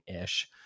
ish